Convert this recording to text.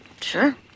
Sure